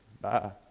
Bye